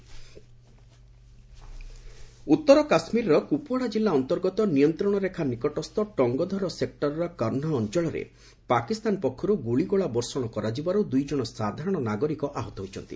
JK civilians injured ଉତ୍ତର କାଶ୍ମୀରର କୁପ୍ୱାଡ଼ା କିଲ୍ଲା ଅନ୍ତର୍ଗତ ନିୟନ୍ତ୍ରଣ ରେଖା ନିକଟସ୍ଥ ଟଙ୍ଗଧର ସେକୁରର କର୍ଷହ୍ ଅଞ୍ଚଳରେ ପାକିସ୍ତାନ ପକ୍ଷରୁ ଗୁଳିଗୋଳା ବର୍ଷଣ କରାଯିବାରୁ ଦୁଇଜଣ ସାଧାରଣ ନାଗରିକ ଆହତ ହୋଇଛନ୍ତି